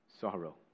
sorrow